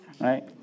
right